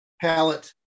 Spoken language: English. palette